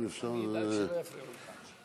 אני אדאג שלא יפריעו לך.